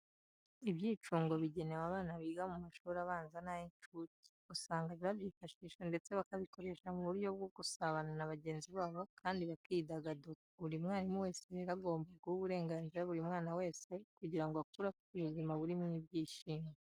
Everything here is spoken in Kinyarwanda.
Ibyicungo bigenewe abana biga mu mashuri abanza n'ay'incuke, usanga babyifashisha ndetse bakabikoresha mu buryo bwo gusabana na bagenzi babo kandi bakidagadura. Buri mwarimu wese rero, agomba guha uburenganzira buri mwana wese kugira ngo akure afite ubuzima burimo ibyishimo.